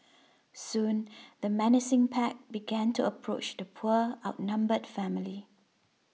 soon the menacing pack began to approach the poor outnumbered family